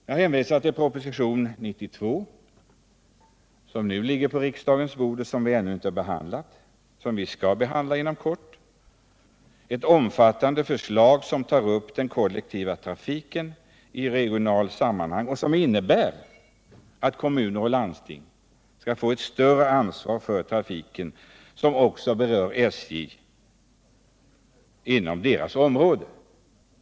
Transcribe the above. Jag hänvisar till propositionen 92, som ligger på riksdagens bord. Den har ännu inte behandlats, men den kommer att tas upp inom kort. Där framläggs ett omfattande förslag beträffande den regionala kollektiva trafiken, innebärande att kommuner och landsting skall få ett större ansvar för trafik inom sina områden, vilken också berör SJ.